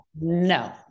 No